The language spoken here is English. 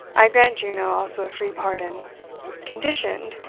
i grant juno also a free pardon conditioned,